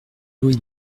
louer